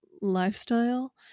lifestyle